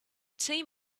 team